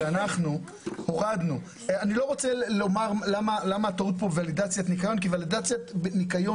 אני לא רוצה למה הטעות כאן כי ולידציית ניקיון